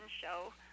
show